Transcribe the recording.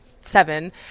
seven